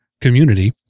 community